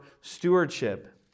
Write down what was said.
stewardship